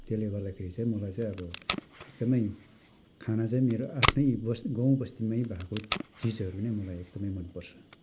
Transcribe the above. त्यसले गर्दाखेरि चाहिँ मलाई चाहिँ अब एकदमै खाना चाहिँ मेरो आफ्नै बस् गाउँ बस्तीमै भएको चिजहरू नै मलाई एकदमै मन पर्छ